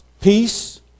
Peace